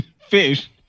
fish